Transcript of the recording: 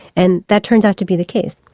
and that turns out to be the case.